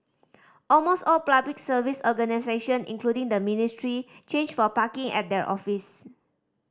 almost all Public Service organisation including the ministry change for parking at their office